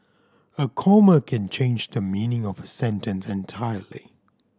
a comma can change the meaning of a sentence entirely